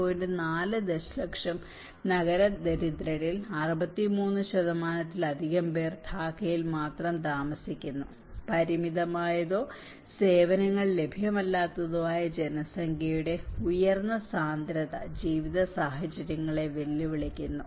4 ദശലക്ഷം നഗര ദരിദ്രരിൽ 63 ത്തിലധികം പേർ ധാക്കയിൽ മാത്രം താമസിക്കുന്നു പരിമിതമായതോ സേവനങ്ങൾ ലഭ്യമല്ലാത്തതോ ആയ ജനസംഖ്യയുടെ ഉയർന്ന സാന്ദ്രത ജീവിത സാഹചര്യങ്ങളെ വെല്ലുവിളിക്കുന്നു